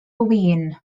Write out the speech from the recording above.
win